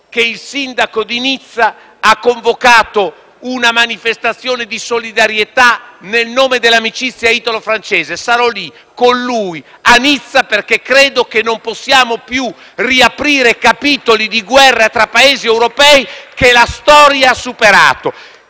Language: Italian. che il sindaco di Nizza ha convocato una manifestazione di solidarietà nel nome dell'amicizia italo-francese: sarò lì con lui, convinto che non possiamo più riaprire capitoli di guerra tra Paesi europei che la storia ha superato.